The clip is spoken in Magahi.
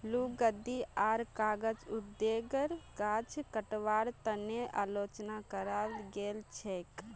लुगदी आर कागज उद्योगेर गाछ कटवार तने आलोचना कराल गेल छेक